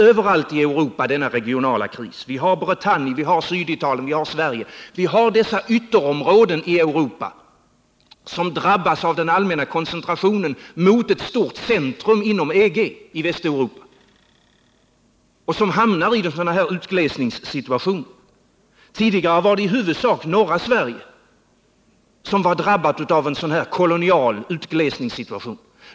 Överallt i Europa finns denna regionala kris: Bretagne, Syditalien och Sverige, dessa ytterområden i Europa som drabbas av den allmänna koncentrationen mot ett stort centrum inom EG i Västeuropa och som hamnar i utglesningssituationer. Tidigare var det i huvudsak norra Sverige som var drabbat av en kolonial utglesningssituation.